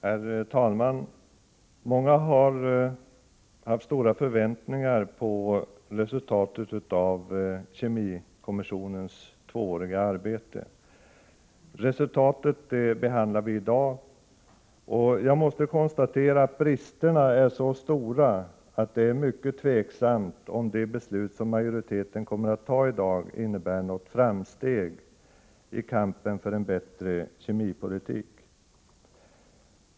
Herr talman! Många har haft stora förväntningar på resultatet av kemikommissionens tvååriga arbete. Resultatet behandlar vi i dag, och jag måste konstatera att bristerna är så stora att det är mycket tveksamt om det beslut som majoriteten kommer att fatta i dag innebär något framsteg i kampen för en bättre kemipolitik.